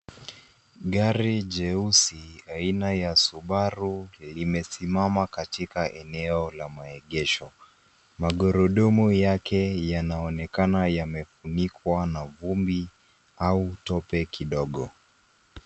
Gari jeusi, aina ya subaru limesimama katika eneo la maegesho. Magurudumu yake yanaonekana yamefunikwa na vumbi au tope kidogo.